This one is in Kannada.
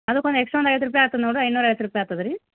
ಅದಕ್ಕೊಂದು ಎಕ್ಸ್ಟ್ರಾ ಒಂದು ಐವತ್ತು ರೂಪಾಯಿ ಆಗ್ತದೆ ನೋಡಿರಿ ಐನೂರ ಐವತ್ತು ಆಗ್ತದ್ ರೀ